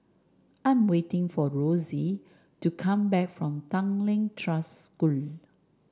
I am waiting for Rossie to come back from Tanglin Trust School